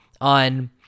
on